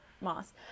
Moss